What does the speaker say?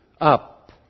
up